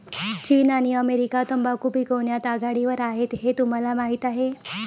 चीन आणि अमेरिका तंबाखू पिकवण्यात आघाडीवर आहेत हे तुम्हाला माहीत आहे